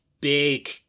big